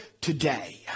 today